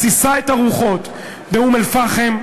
מתסיסה את הרוחות באום-אלפחם,